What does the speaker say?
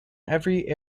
every